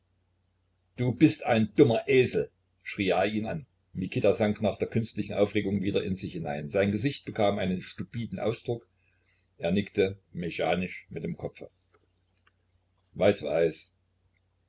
du bist ein dummer esel schrie er ihn an mikita sank nach der künstlichen aufregung wieder in sich hinein sein gesicht bekam einen stupiden ausdruck er nickte mechanisch mit dem kopfe weiß weiß